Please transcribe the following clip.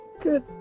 Good